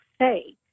say